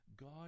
God